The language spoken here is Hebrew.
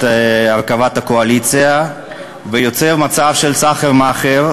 הרכבת הקואליציה ויוצר מצב של סחר-מכר,